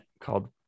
called